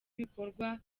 ibikorwa